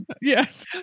Yes